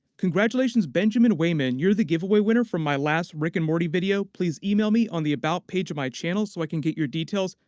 congratulations benjamin wayman. you're the giveaway winner from my last rick and morty video. please email me on the about page of my channel, so i can get your details.